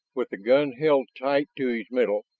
with the gun held tight to his middle,